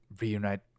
reunite